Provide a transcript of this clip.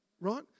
right